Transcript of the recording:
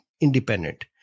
independent